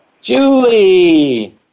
Julie